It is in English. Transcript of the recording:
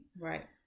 Right